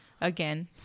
again